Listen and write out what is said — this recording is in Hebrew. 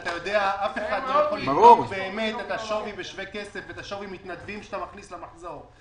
אף אחד לא יכול לדעת באמת את שווי המתנדבים שאתה מכניס למחזור.